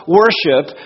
worship